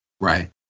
Right